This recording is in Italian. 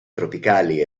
tropicali